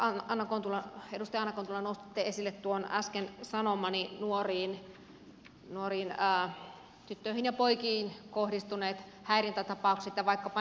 edustaja anna kontula nostitte esille äsken sanomani nuoriin tyttöihin ja poikiin kohdistuneet häirintätapaukset ja vaikkapa ne huutelut